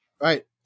right